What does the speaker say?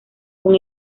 con